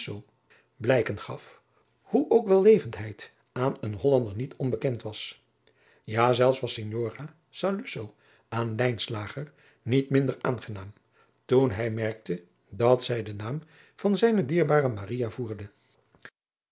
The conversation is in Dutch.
blijken gaf hoe ook wellevendheid aan een hollander niet onbekend was ja zelfs was signora saluzzo aan lijnslager niet minder aangenaam toen hij merkte dat zij den naam van zijne dierbare maria voerde